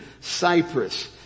Cyprus